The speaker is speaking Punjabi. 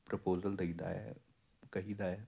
ਪ੍ਰਪੋਜਲ ਦੇਈਦਾ ਹੈ ਕਹੀ ਦਾ ਹੈ